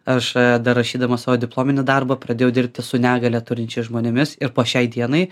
aš dar rašydamas savo diplominį darbą pradėjau dirbti su negalią turinčiais žmonėmis ir po šiai dienai